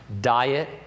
diet